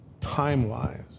time-wise